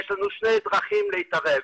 יש לנו שתי דרכים להתערב.